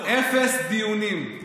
אפס דיונים.